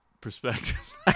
perspectives